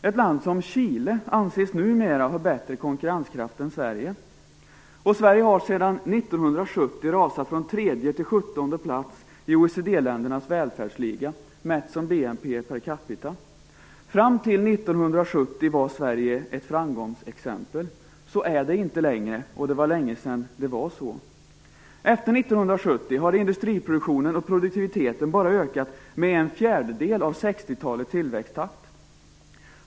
Ett land som Chile anses numera ha bättre konkurrenskraft än Sverige. Sverige har sedan 1970 rasat från tredje till sjuttonde plats i OECD-ländernas välfärdsliga, mätt som BNP per capita. Fram till 1970 var Sverige ett framgångsexempel. Så är det inte längre. Det var länge sedan det var så. Efter 1970 har industriproduktionen och produktiviteten bara ökat med en fjärdedel av 60-talets tillväxttakt.